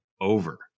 over